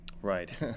Right